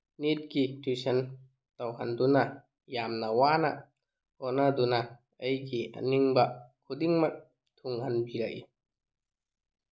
ꯅꯤꯠꯀꯤ ꯇꯨꯏꯁꯟ ꯇꯧꯍꯟꯗꯨꯅ ꯌꯥꯝꯅ ꯋꯥꯅ ꯍꯦꯠꯅꯗꯨꯅ ꯑꯩꯒꯤ ꯑꯅꯤꯡꯕ ꯈꯨꯗꯤꯡꯃꯛ ꯊꯨꯡꯍꯟꯕꯤꯔꯛꯏ